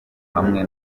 hamwe